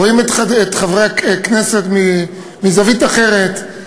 רואים את חברי הכנסת מזווית אחרת.